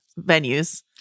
venues